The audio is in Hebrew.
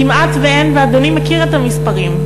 כמעט שאין, ואדוני מכיר את המספרים.